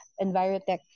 EnviroTech